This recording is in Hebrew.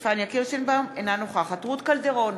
אינה נוכחת רות קלדרון,